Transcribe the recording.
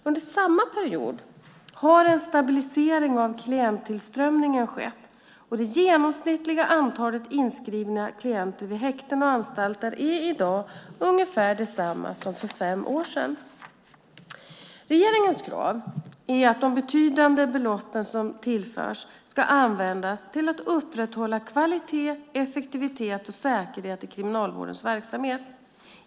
Under samma period har en stabilisering av klienttillströmningen skett, och det genomsnittliga antalet inskrivna klienter vid häkten och anstalter är i dag ungefär detsamma som för fem år sedan. Regeringens krav är att de betydande belopp som tillförs ska användas till att upprätthålla kvalitet, effektivitet och säkerhet i Kriminalvårdens verksamhet.